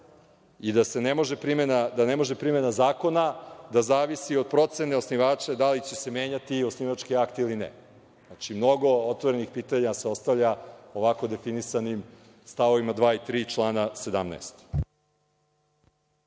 i da ne može primena zakona da zavisi od procene osnivača da li će se menjati osnivački akt, ili ne. Znači, mnogo otvorenih pitanja se ostavlja ovako definisani stavovima 2. i 3. člana 17.